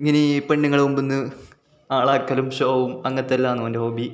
ഇങ്ങനെ ഈ പെണ്ണ്ങ്ങളുടെ മുമ്പ് നിന്ന് ആളാക്കലും ഷോവും അങ്ങത്തെല്ലാന്ന് ഓൻ്റെ ഹോബീ